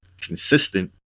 consistent